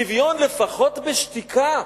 שוויון, לפחות בשתיקה,